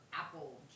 apple